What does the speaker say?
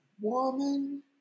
woman